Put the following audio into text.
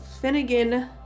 Finnegan